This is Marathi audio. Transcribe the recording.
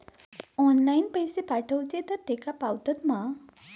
ऑनलाइन पैसे पाठवचे तर तेका पावतत मा?